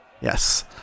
Yes